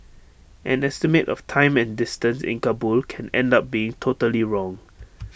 an estimate of time and distance in Kabul can end up being totally wrong